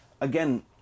again